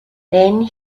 then